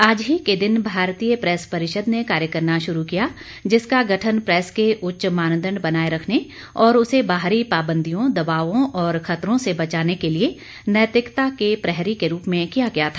आज ही के दिन भारतीय प्रैस परिषद ने कार्य करना शुरू किया जिस का गठन प्रेस के उच्च मानदंड बनाए रखने और उसे बाहरी पाबंदियों दबावों और खतरों से बचाने के लिए नैतिकता के प्रहरी के रूप में किया गया था